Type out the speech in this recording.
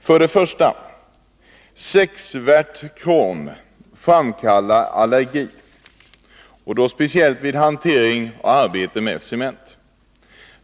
För det första: 6-värt krom framkallar allergi, speciellt vid hantering av och arbete med cement.